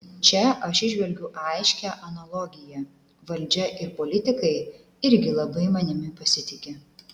čia aš įžvelgiu aiškią analogiją valdžia ir politikai irgi labai manimi pasitiki